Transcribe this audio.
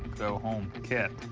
go home kit.